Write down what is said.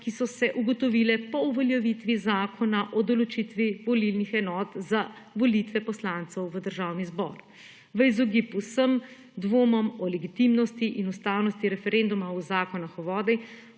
ki so se ugotovile po uveljavitvi zakona o določitvi volilnih enot za volitve poslancev v Državni zbor. V izogib vsem dvomom o legitimnosti in ustavnosti referenduma o zakonu o vodah